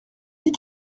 dit